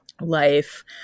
life